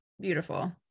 beautiful